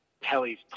Kelly's